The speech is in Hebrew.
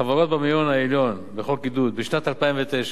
חברות במאיון העליון בחוקי עידוד בשנת 2009: